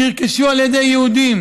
נרכשו על ידי יהודים